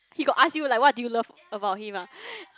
he got ask you like what do you love about him ah